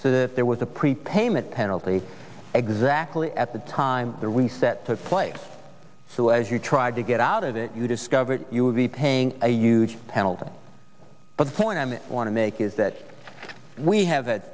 so that there was a prepayment penalty exactly at the time the reset took place so as you try to get out of it you discover you would be paying a huge penalty but the point i miss i want to make is that we have